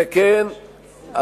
וכן,